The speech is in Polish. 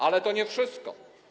Ale to nie wszystko.